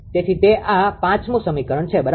તેથી તે આ 5 મુ સમીકરણ છે બરાબર